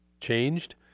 changed